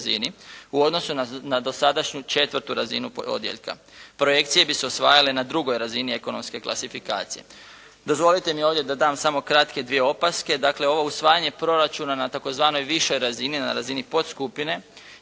u odnosu na dosadašnju 4. razinu pododjeljka. Projekcije bi se usvajale na 2. razini ekonomske klasifikacije. Dozvolite mi ovdje da dam samo kratke dvije opaske. Dakle ovo usvajanje proračuna na tzv. višoj razini, na razini podskupine